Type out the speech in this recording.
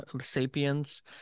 Sapiens